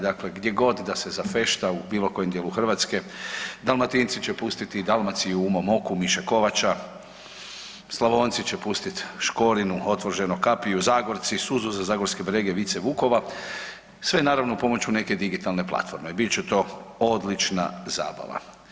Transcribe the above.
Dakle, gdje god da se zafešta u bilo kojem dijelu Hrvatske Dalmatinci će pustiti „Dalmaciju u mom oku“ MIše Kovača, Slavonci će pustiti Škorinu „Otvor ženo kapiju“, Zagorci „Suzu za zagorske brege“ Vice Vukova sve naravno pomoću neke digitalne platforme, bit će to odlična zabava.